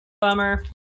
bummer